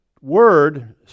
word